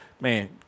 man